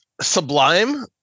sublime